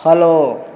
follow